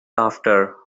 after